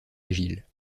agile